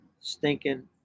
stinking